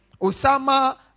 Osama